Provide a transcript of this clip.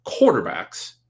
quarterbacks